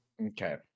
Okay